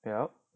ya